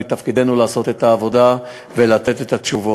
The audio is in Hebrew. מתפקידנו לעשות את העבודה ולתת את התשובות.